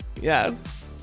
Yes